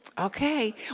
Okay